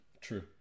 True